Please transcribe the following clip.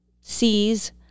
sees